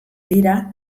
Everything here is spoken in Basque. dira